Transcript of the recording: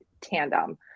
tandem